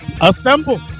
Assemble